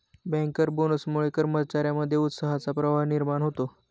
banker बोनसमुळे कर्मचार्यांमध्ये उत्साहाचा प्रवाह निर्माण होतो